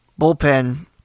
Bullpen